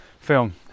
film